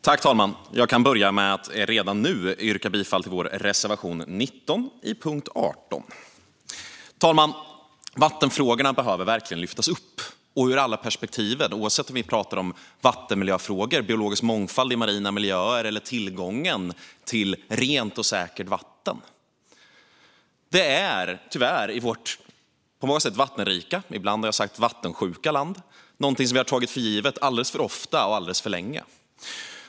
Herr talman! Jag kan börja med att redan nu yrka bifall till vår reservation 19 under punkt 18. Herr talman! Vattenfrågorna behöver verkligen lyftas upp ur alla perspektiv. Det kan handla om vattenmiljöfrågor, biologisk mångfald i marina miljöer eller tillgången till rent och säkert vatten. Detta är tyvärr något som vi har tagit för givet alldeles för ofta och alldeles för länge i vårt på många sätt vattenrika - ibland har jag sagt vattensjuka - land.